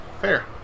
Fair